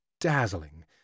dazzling